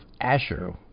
Asher